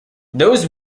those